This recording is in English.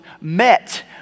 met